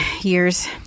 years